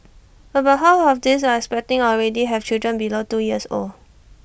about half of these are expecting already have children below two years old